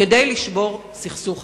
כדי לשבור סכסוך עבודה.